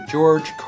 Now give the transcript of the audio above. George